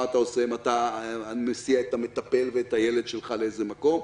מה אתה עושה אם אתה מסיע את המטפל ואת הילד שלך לאיזה מקום?